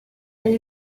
elle